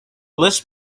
list